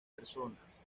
personas